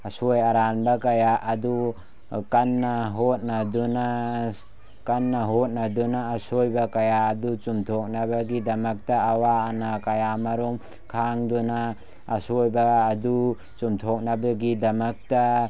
ꯑꯁꯣꯏ ꯑꯔꯥꯟꯕ ꯀꯌꯥ ꯑꯗꯨ ꯀꯟꯅ ꯍꯣꯠꯅꯗꯨꯅ ꯀꯟꯅ ꯍꯣꯠꯅꯗꯨꯅ ꯑꯁꯣꯏꯕ ꯀꯌꯥ ꯑꯗꯨ ꯆꯨꯝꯊꯣꯛꯅꯕꯒꯤꯗꯃꯛꯇ ꯑꯋꯥ ꯑꯅꯥ ꯀꯌꯥ ꯃꯔꯨꯝ ꯈꯥꯡꯗꯨꯅ ꯑꯁꯣꯏꯕ ꯑꯗꯨ ꯆꯨꯝꯊꯣꯛꯅꯕꯒꯤꯗꯃꯛꯇ